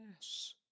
Yes